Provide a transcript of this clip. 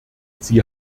sie